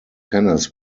tennis